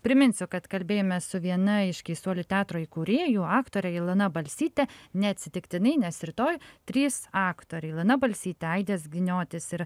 priminsiu kad kalbėjomės su viena iš keistuolių teatro įkūrėjų aktore ilona balsyte neatsitiktinai nes rytoj trys aktoriai ilona balsytė aidas giniotis ir